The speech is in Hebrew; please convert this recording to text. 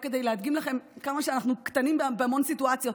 רק כדי להדגים לכם כמה שאנחנו קטנים בהמון סיטואציות,